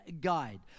guide